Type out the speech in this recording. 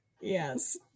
Yes